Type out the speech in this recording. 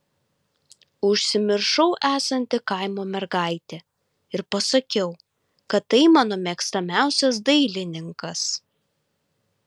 užsimiršau esanti kaimo mergaitė ir pasakiau kad tai mano mėgstamiausias dailininkas